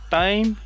time